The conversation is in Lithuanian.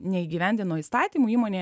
neįgyvendino įstatymų įmonėje